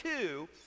two